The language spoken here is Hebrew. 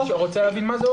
אני רוצה להבין מה זה אומר.